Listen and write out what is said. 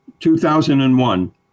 2001